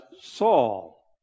Saul